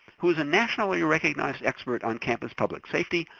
who is a nationally recognized expert on campus public safety,